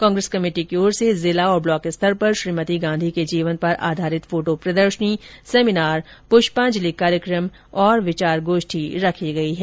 Congress committee की ओर से जिला और ब्लॉक स्तर पर श्रीमती गांधी के जीवन पर आधारित फोटो प्रदर्शनी सेमिनार पुष्पांजलि कार्यक्रम और विचार गोष्ठी हो रही है